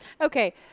Okay